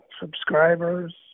subscribers